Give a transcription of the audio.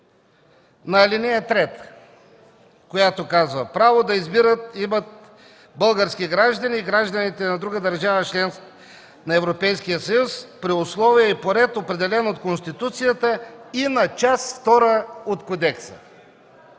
на ал. 3, която казва: „Право да избират имат български граждани и гражданите на друга държава – член на Европейския съюз, при условия и по ред, определени от Конституцията и на Част втора от кодекса”.